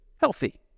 healthy